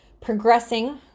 progressing